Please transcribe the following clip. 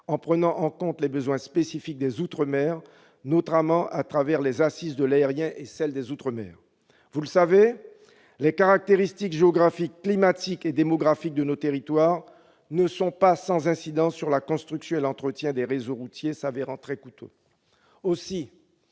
en prenant en compte les besoins spécifiques des outre-mer, notamment à travers les assises de l'aérien et celles des outre-mer. Vous le savez, les caractéristiques géographiques, climatiques et démographiques de nos territoires ne sont pas sans incidence sur la construction et l'entretien des réseaux routiers se révélant très coûteux.